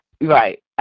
Right